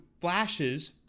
flashes